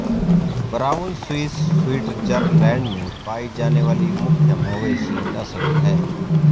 brown Swiss Switzerland में पाई जाने वाली मुख्य मवेशी नस्ल है